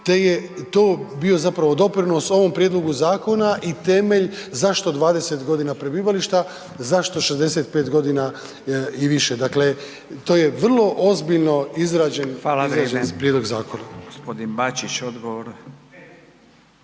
te je to bio zapravo doprinos ovom prijedlogu zakona i temelj zašto 20.g. prebivališta, zašto 65.g. i više. Dakle, to je vrlo ozbiljno izrađen, izrađen prijedlog zakona.